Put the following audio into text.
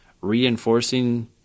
reinforcing –